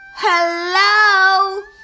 hello